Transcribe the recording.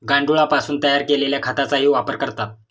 गांडुळापासून तयार केलेल्या खताचाही वापर करतात